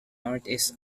northeast